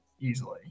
easily